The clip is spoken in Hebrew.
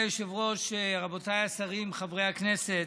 היושב-ראש, רבותיי השרים, חברי הכנסת,